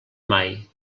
mai